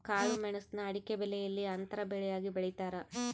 ಕಾಳುಮೆಣುಸ್ನ ಅಡಿಕೆಬೆಲೆಯಲ್ಲಿ ಅಂತರ ಬೆಳೆಯಾಗಿ ಬೆಳೀತಾರ